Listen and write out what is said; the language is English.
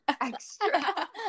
extra